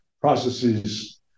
processes